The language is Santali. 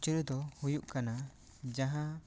ᱠᱷᱩᱪᱨᱟᱹ ᱫᱚ ᱦᱩᱭᱩᱜ ᱠᱟᱱᱟ ᱡᱟᱦᱟᱸ